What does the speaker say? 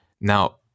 Now